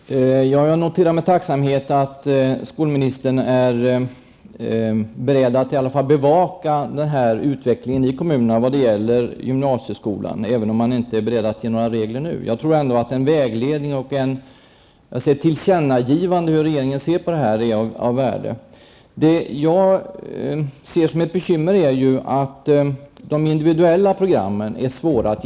Fru talman! Jag noterar med tacksamhet att skolministern är beredd att bevaka utvecklingen i kommunerna vad gäller gymnasieskolan, även om hon inte är beredd att ge några regler nu. Jag tror att en vägledning och ett tillkännagivande från regeringen skulle vara av värde. Jag ser det som ett bekymmer att det är svårt att genomföra de individuella programmen överallt.